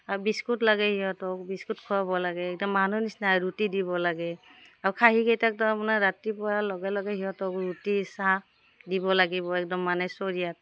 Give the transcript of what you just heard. আৰু বিস্কুট লাগে সিহঁতক বিস্কুট খোৱাব লাগে একদম মানুহ নিচিনাই ৰুটি দিব লাগে আৰু খাঁহীকেইটাকটো মানে ৰাতিপুৱাৰ লগে লগে সিহঁতক ৰুটি চাহ দিব লাগিব একদম মানে চৰিয়াত